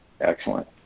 Excellent